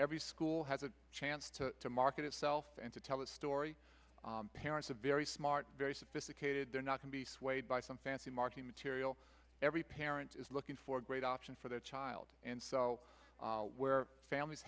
every school has a chance to market itself and to tell its story parents are very smart very sophisticated they're not to be swayed by some fancy marketing material every parent is looking for a great option for their child and so where families